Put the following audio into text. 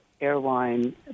airline